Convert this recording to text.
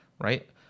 right